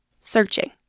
searching